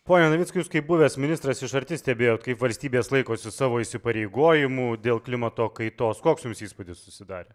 pone navickai jūs kaip buvęs ministras iš arti stebėjot kaip valstybės laikosi savo įsipareigojimų dėl klimato kaitos koks jums įspūdis susidarė